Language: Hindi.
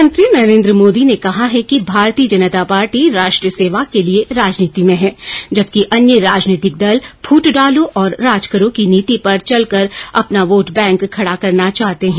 प्रधानमंत्री नरेन्द्र मोदी ने कहा है कि भारतीय जनता पार्टी राष्ट्र सेवा के लिए राजनीति में है जबकि अन्य राजनैतिक दल फूट डालो और राज करो की नीति पर चलकर अपना वोट बैंक खड़ा करना चाहते हैं